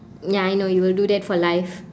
ya I know you will do that for life